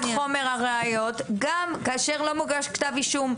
חומר הראיות גם כאשר לא מוגש כתב אישום.